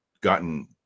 gotten